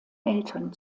eltern